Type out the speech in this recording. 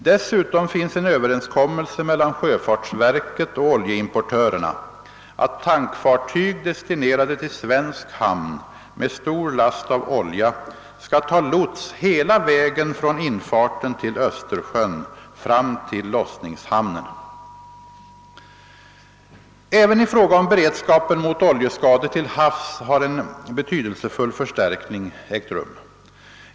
Dessutom finns en överenskommelse mellan sjöfartsverket och oljeimportörerna att tankfartyg destinerade till svensk hamn med stor last av olja skall ta lots hela vägen från infarten till Östersjön fram till lossningshamnen. Även i fråga om beredskapen mot oljeskador till havs har en betydelsefull förstärkning ägt rum.